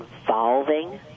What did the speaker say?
involving